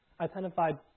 identified